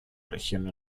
región